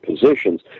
positions